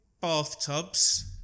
bathtubs